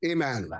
Amen